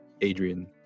Adrian